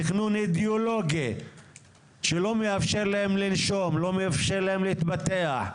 תכנון אידיאולוגי שלא מאפשר להם לנשום, להתפתח,